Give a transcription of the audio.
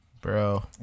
Bro